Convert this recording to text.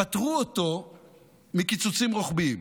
פטרו אותו מקיצוצים רוחביים.